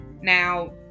Now